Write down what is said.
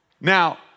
Now